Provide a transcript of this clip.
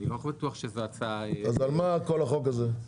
אני לא בטוח שזאת הצעה --- אז על מה כל החוק הזה,